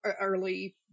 early